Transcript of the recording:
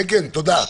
כן, תודה.